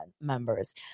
members